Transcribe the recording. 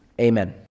amen